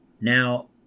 Now